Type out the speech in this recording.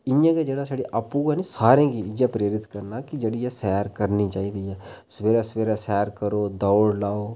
इ'यां गै छड़ा आपूं गै निं सारें गी इ'यै प्रेरित करना कि जेह्ड़ी कि इ'यै सैर करनी चाहिदी ऐ सवेरे सवेरे सैर करो दौड़ लाओ